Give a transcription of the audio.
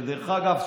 שדרך אגב,